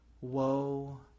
woe